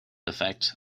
affect